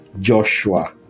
Joshua